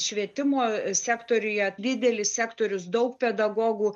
švietimo sektoriuje didelis sektorius daug pedagogų